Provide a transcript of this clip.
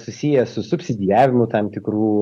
susijęs su subsidijavimu tam tikru